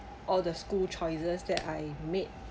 all the school choices that I made